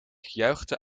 juichte